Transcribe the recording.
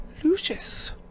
Lucius